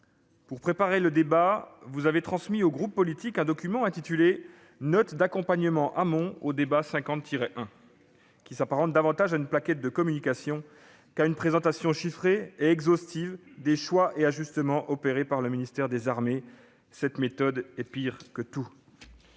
Pour préparer ce débat, vous avez transmis aux groupes politiques un document intitulé, qui s'apparente davantage à une plaquette de communication qu'à une présentation chiffrée et exhaustive des choix et ajustements opérés par la ministre des armées. Cette méthode est pire que tout